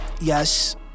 yes